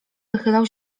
wychylał